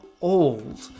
old